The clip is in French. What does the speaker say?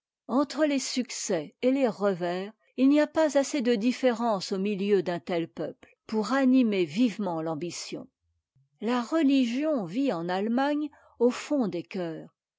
entre les succès et les revers il n'y a pas assez de différence au milieu d'un tel peuple pour animer vivement l'ambition la religion vit en allemagne au fond des cœurs